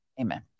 Amen